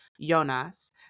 Jonas